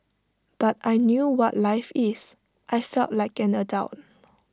but I knew what life is I felt like an adult